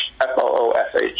F-O-O-S-H